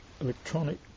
electronic